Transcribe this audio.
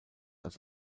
als